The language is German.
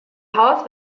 haus